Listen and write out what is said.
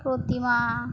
প্রতিমা